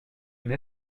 une